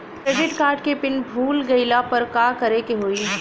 Credit card के PIN भूल गईला पर का करे के होई?